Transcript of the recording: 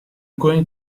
going